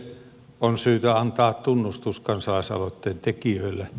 on syytä antaa tunnustus kansalaisaloitteen tekijöille